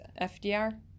FDR